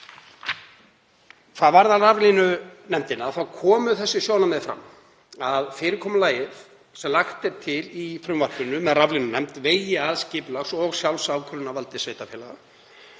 Hvað varðar raflínunefnd þá komu þau sjónarmið fram að fyrirkomulagið sem lagt er til í frumvarpinu með raflínunefnd vegi að skipulags- og sjálfsákvörðunarvaldi sveitarfélaga